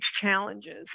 challenges